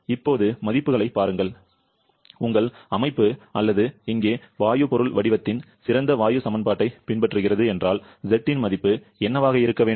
இப்போது மதிப்புகளைப் பாருங்கள் உங்கள் அமைப்பு அல்லது இங்கே வாயு பொருள் வடிவத்தின் சிறந்த வாயு சமன்பாட்டைப் பின்பற்றுகிறது என்றால் Z இன் மதிப்பு என்னவாக இருக்க வேண்டும்